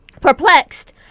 perplexed